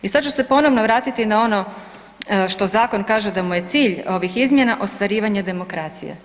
I sada ću se ponovo vratiti na ono što zakon kaže da mu je cilj ovih izmjena ostvarivanje demokracije.